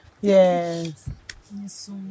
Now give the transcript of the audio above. Yes